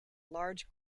large